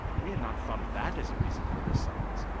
we had not thought of that as a reason for this summons.